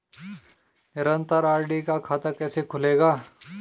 निरन्तर आर.डी का खाता कैसे खुलेगा?